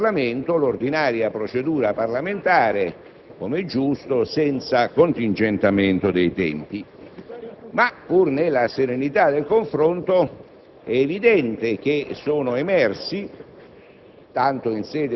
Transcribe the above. in questo ramo del Parlamento -, l'ordinaria procedura parlamentare, come è giusto, senza contingentamento dei tempi. Pur nella serenità del confronto, è evidente che sono emerse,